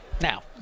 Now